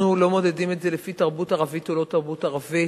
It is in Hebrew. אנחנו לא מודדים את זה לפי תרבות ערבית או לא תרבות ערבית.